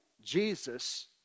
Jesus